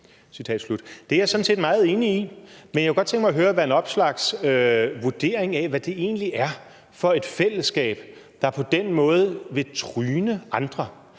tryne os. Det er jeg sådan set meget enig i, men jeg kunne godt tænke mig at høre hr. Alex Vanopslaghs vurdering af, hvad det egentlig er for et fællesskab, der på den måde vil tryne andre,